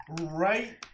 right